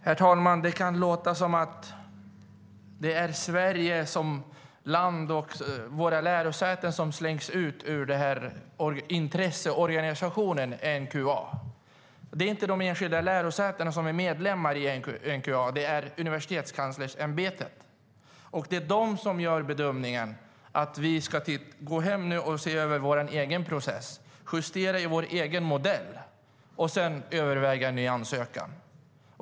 Herr talman! Det kan låta som att det är Sverige som land och våra lärosäten som slängs ut ur intresseorganisationen Enqa. Men det är inte de enskilda lärosätena som är medlemmar i Enqa, utan Universitetskanslersämbetet. Det är de som gör bedömningen att vi nu ska se över vår egen process, justera i vår egen modell och sedan överväga en ny ansökan.